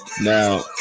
Now